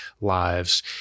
lives